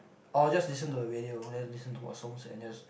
or just listen to the radio and then listen to what songs and just